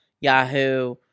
yahoo